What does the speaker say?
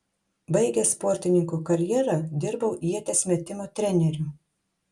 baigęs sportininko karjerą dirbau ieties metimo treneriu